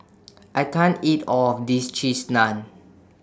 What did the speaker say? I can't eat All of This Cheese Naan